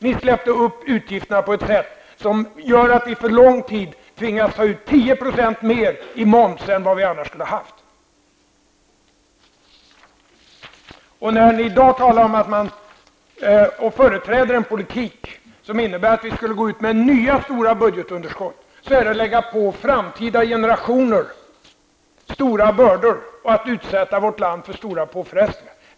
Ni släppte upp utgifterna på ett sätt som gör att vi för lång tid tvingas ta ut 10 % mer i moms än vad som annars skulle ha varit nödvändigt. Att, som ni gör i dag, företräda en politik som innebär att vi skulle gå ut med nya stora budgetunderskott är att lägga på framtida generationer stora bördor och att utsätta vårt land för stora påfrestningar.